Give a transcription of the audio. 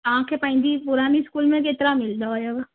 तव्हांखे पंहिंजी पुराणी स्कूल मां केतिरा मिलंदा हुयव